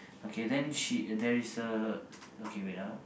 okay then she there is a okay wait ah